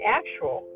actual